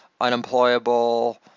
unemployable